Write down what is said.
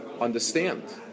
understand